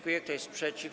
Kto jest przeciw?